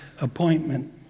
appointment